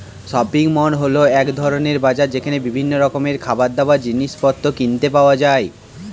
shopping mall হল এক ধরণের বাজার যেখানে বিভিন্ন রকমের খাবারদাবার, জিনিসপত্র কিনতে পাওয়া যায়